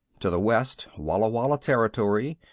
to the west, walla walla territory,